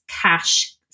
cash